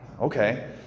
okay